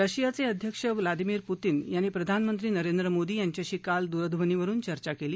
रशियाचे अध्यक्ष Vladimir Putin यांनी प्रधानमंत्री नरेंद्र मोदी यांच्याशी काल दूरध्वनीवरुन चर्चा केली